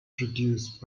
produced